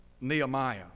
Nehemiah